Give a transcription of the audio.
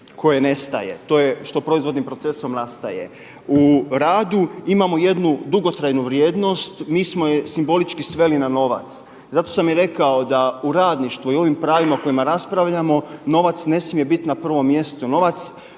koje nestaje, to je što proizvodnim procesom nastaje. U radu imamo jednu dugotrajnu vrijednost. Mi smo je simbolički sveli na novac. Zato sam i rekao da u radništvu i o ovim pravima o kojima raspravljamo novac ne smije biti na prvom mjestu,